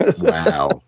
wow